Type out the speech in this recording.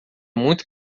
muito